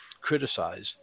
criticize